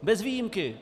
Bez výjimky.